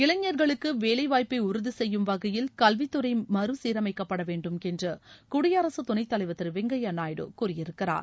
இளைஞர்களுக்கு வேலைவாய்ப்பை உறுதி செய்யும் வகையில் கல்வித்துறை மறு சீரமைக்கப்பட வேண்டும் என்று குடியரசுத் துணைத் தலைவர் திரு வெங்கப்யா நாயுடு கூறியிருக்கிறார்